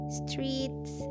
streets